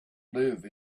live